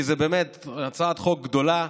כי זו באמת הצעת חוק גדולה,